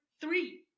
three